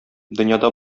дөньяда